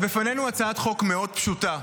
בפנינו הצעת חוק מאוד פשוטה: